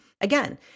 Again